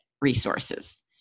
resources